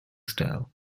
style